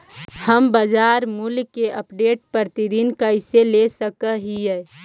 हम बाजार मूल्य के अपडेट, प्रतिदिन कैसे ले सक हिय?